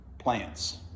plants